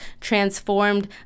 transformed